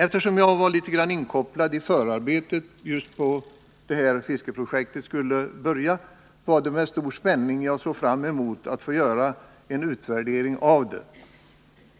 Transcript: Eftersom jag i viss mån var inkopplad i förarbetet vid den tidpunkt då fiskeriprojektet skulle påbörjas var det med stor spänning som jag såg fram emot att få göra en utvärdering av detsamma.